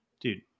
Dude